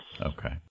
Okay